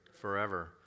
Forever